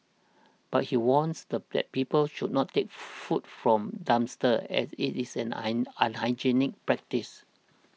but he warns that people should not take food from dumpsters as it is an unhygienic practice